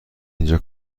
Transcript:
اینجا